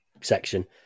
section